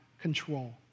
control